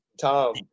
Tom